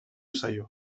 zaio